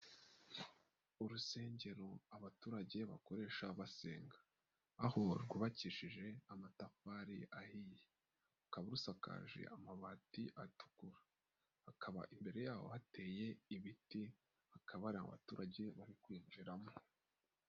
Urusengero abaturage bakoresha basenga, aho rwubakishije amatafari ahiye, ruka rubusakaje amabati atukura, hakaba imbere yaho hateye ibiti, hakaba hari abaturage bari kwinjiramo.